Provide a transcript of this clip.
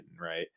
Right